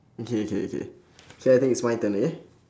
okay okay okay so I think it's my turn okay